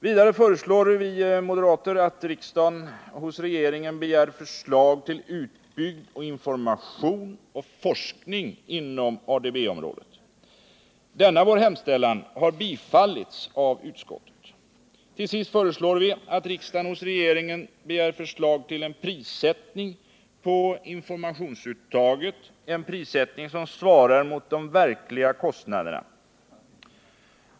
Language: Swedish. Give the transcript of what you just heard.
Vidare föreslår vi moderater, att riksdagen hos regeringen begär förslag till utbyggd information och forskning inom ADB-området. Denna vår hemställan har tillstyrkts av utskottet. Till sist föreslår vi att riksdagen hos regeringen begär förslag till en prissättning på informationsuttaget, vilken svarar mot de verkliga kostnaderna.